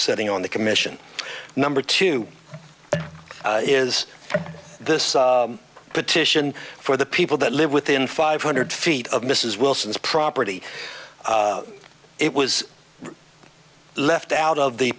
sitting on the commission number two is this petition for the people that live within five hundred feet of mrs wilson's property it was left out of the